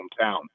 hometown